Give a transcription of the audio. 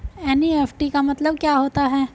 NEFT का मतलब क्या होता है?